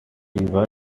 river